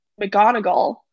McGonagall